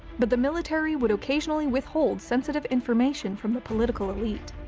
but the military would occasionally withhold sensitive information from the political elite.